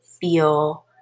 feel